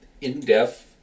in-depth